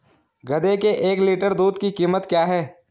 गधे के एक लीटर दूध की कीमत क्या है?